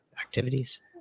activities